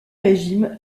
régime